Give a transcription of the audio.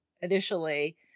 initially